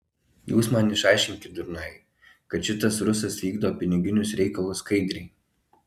jūs man išaiškinkit durnai kad šitas rusas vykdo piniginius reikalus skaidriai